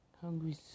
Hungry